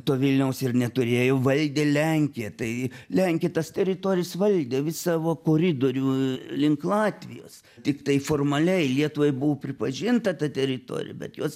to vilniaus ir neturėjo valdė lenkija tai lenkija tas teritorijas valdė savo koridorių link latvijos tiktai formaliai lietuvai buvo pripažinta ta teritorija bet jos